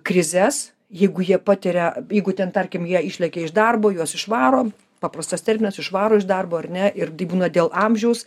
krizes jeigu jie patiria jeigu ten tarkim tarkim jie išlėkė iš darbo juos išvaro paprastas terminas išvaro iš darbo ar ne ir tai būna dėl amžiaus